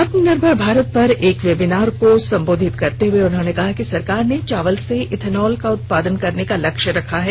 आत्मनिर्भर भारत पर एक वेबिनार को संबोधित करते हुए उन्होंने कहा है कि सरकार ने चावल से इथेनॉल का उत्पादन करने का लक्ष्य रखा है